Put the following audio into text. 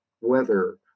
weather